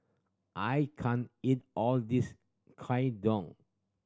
I can't eat all of this